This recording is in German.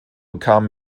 bekam